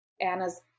Anna's